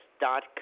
dot